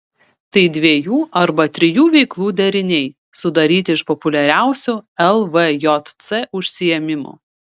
tai dviejų arba trijų veiklų deriniai sudaryti iš populiariausių lvjc užsiėmimų